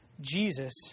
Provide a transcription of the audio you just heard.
Jesus